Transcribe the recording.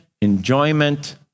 enjoyment